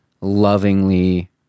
lovingly